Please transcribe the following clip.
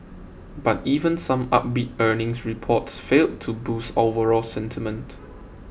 but even some upbeat earnings reports failed to boost overall sentiment